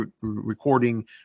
recording